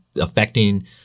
affecting